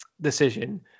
decision